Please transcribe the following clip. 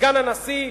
סגן הנשיא,